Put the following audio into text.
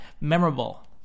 memorable